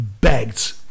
begged